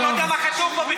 אתה לא יודע מה כתוב בו בכלל.